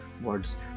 words